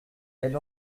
elle